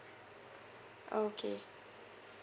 okay